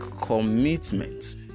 commitment